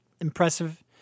impressive